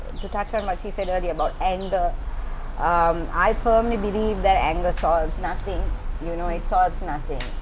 to touch on what she said earlier about anger umm. i firmly believe that anger solves nothing you know, it solves nothing.